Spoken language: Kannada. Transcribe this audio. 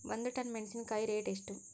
ಒಂದು ಟನ್ ಮೆನೆಸಿನಕಾಯಿ ರೇಟ್ ಎಷ್ಟು?